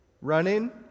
Running